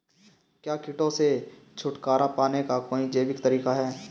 क्या कीटों से छुटकारा पाने का कोई जैविक तरीका है?